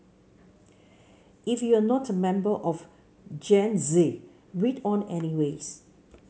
if you're not a member of Gen Z read on anyways